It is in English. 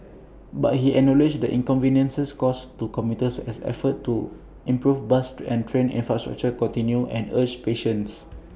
but he acknowledged the inconvenience caused to commuters as efforts to improve bus and train infrastructure continue and urged patience